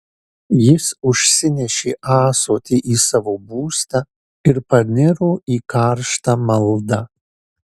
jis užsinešė ąsotį į savo būstą ir paniro į karštą maldą